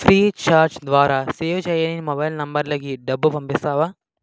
Freecharge ద్వారా save చేయని mobile నంబర్లకి డబ్బు పంపిస్తావా